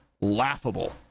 laughable